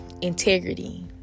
integrity